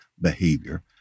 behavior